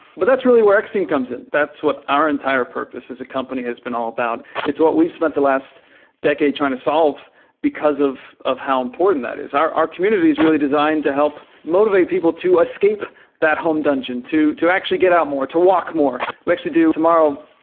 but that's really where x-team comes in. that's what our entire purpose as a company has been all about. it's what we've spent the last decade trying to solve because of of how important that is. our our community is really designed to help motivate people to escape that home dungeon, to to actually get out more, to walk more. we actually do tomorrow,